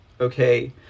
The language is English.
okay